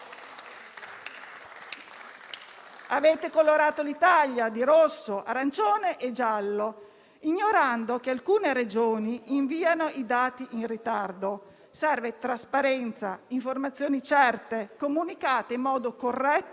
Avete colorato l'Italia di rosso, arancione e giallo, ignorando che alcune Regioni inviano i dati in ritardo. Servono trasparenza, informazioni certe, comunicate in modo corretto